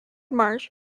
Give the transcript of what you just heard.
marsh